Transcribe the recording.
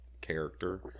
character